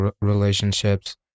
relationships